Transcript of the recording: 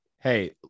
Hey